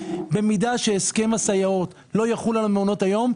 במידה שהסכם הסייעות לא יחול על מעונות היום,